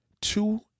Two